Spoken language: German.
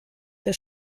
der